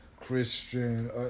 Christian